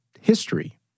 history